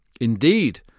Indeed